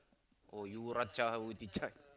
oh you